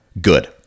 good